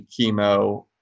chemo